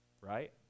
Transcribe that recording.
right